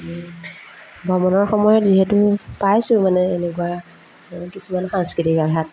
ভ্ৰমণৰ সময়ত যিহেতু পাইছোঁ মানে এনেকুৱা কিছুমান সাংস্কৃতিক আঘাত